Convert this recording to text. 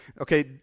Okay